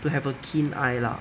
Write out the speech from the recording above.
to have a keen eye lah